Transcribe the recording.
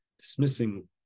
dismissing